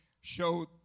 show